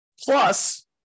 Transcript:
Plus